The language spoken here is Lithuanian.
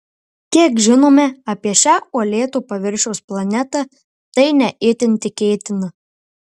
kiek žinome apie šią uolėto paviršiaus planetą tai ne itin tikėtina